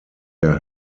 der